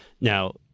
Now